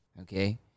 Okay